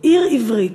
עיר עברית,